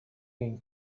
این